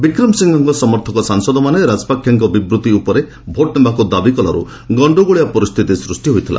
ବିକ୍ରମସିଂହେଙ୍କ ସମର୍ଥକ ସାଂସଦମାନେ ରାଜପାକ୍ଷେଙ୍କ ବିବୃଭି ଉପରେ ଭୋଟ୍ନେବାକୁ ଦାବିକଲାରୁ ଗଣ୍ଡଗୋଳିଆ ପରିସ୍ଥିତି ସୃଷ୍ଟି ହୋଇଥିଲା